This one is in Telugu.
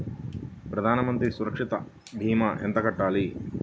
ప్రధాన మంత్రి సురక్ష భీమా ఎంత కట్టాలి?